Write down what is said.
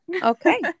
Okay